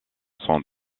sont